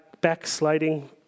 backsliding